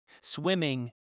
Swimming